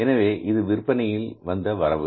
எனவே இது விற்பனையில் வந்த வரவு